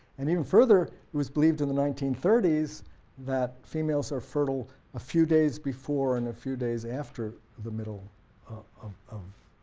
and even further, it was believed in the nineteen thirty s that females are fertile a few days before and a few days after the middle of of